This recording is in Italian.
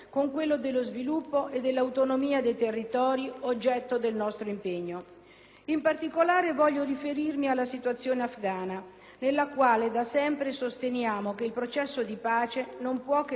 In particolare, voglio fare riferimento alla situazione afgana, nella quale da sempre sosteniamo che il processo di pace non può che venire da un'azione congiunta che sia anche militare ma non solo militare.